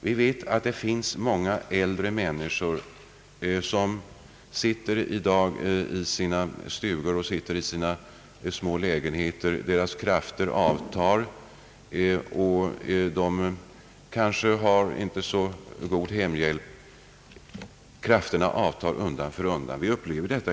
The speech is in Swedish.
Vi vet att det i dag finns många äldre människor som sitter i sina stugor och små lägenheter; deras krafter avtar undan för undan och de har det kanske inte så tillfredsställande ordnat med hemhjälp.